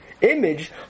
image